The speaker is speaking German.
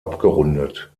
abgerundet